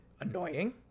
annoying